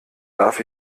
darf